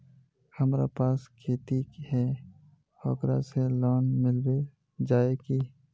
हमरा पास खेती है ओकरा से लोन मिलबे जाए की?